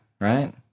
right